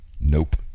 Nope